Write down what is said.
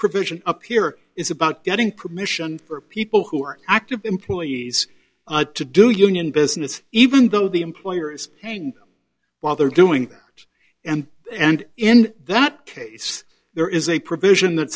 provision up here is about getting permission for people who are active employees to do union business even though the employer is paying while they're doing that and and in that case there is a provision that